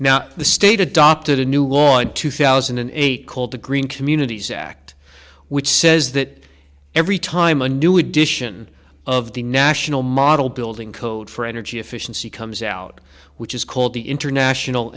now the state adopted a new law in two thousand and eight called the green communities act which says that every time a new edition of the national model building code for energy efficiency comes out which is called the international